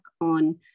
on